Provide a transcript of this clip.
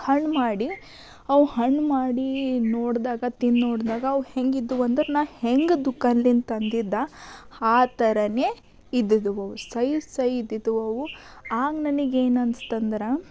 ಹಣ್ಣು ಮಾಡಿ ಅವು ಹಣ್ಣು ಮಾಡಿ ನೋಡಿದಾಗ ತಿಂದು ನೋಡಿದಾಗ ಅವು ಹೇಗಿದ್ವು ಅಂದ್ರೆ ನಾ ಹೆಂಗ ದುಕಾನಿಂದ ತಂದಿದ್ದೆ ಆ ಥರನೆ ಇದ್ದಿದ್ವವು ಸಿ ಸಿ ಇದ್ದಿದ್ವವು ಆಗ ನನಗೆ ಏನು ಅನ್ನಿಸ್ತು ಅಂದ್ರೆ